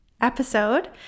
episode